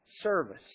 service